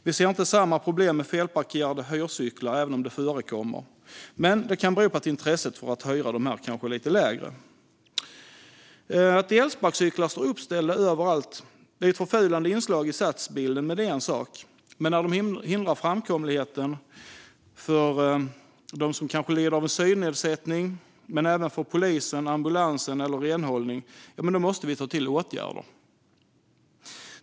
Vi ser inte heller samma problem med felplacerade hyrcyklar, även om det förekommer, men det kan bero på att intresset för att hyra dem är mindre. Att elsparkcyklar som står uppställda överallt är ett förfulande inslag i stadsbilden är en sak. Men när de hindrar framkomligheten för dem som lider av en synnedsättning och även för polisen, ambulansen eller renhållningen måste vi vidta åtgärder.